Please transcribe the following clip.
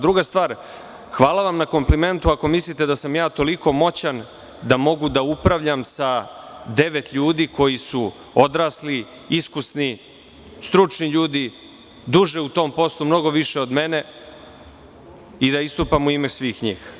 Druga stvar, hvala vam na komplimentu ako mislite da sam toliko moćan da mogu da upravljam sa devet ljudi koji su odrasli, iskusni, stručni ljudi, u tom poslu mnogo duže od mene i da istupam u ime svih njih.